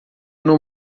não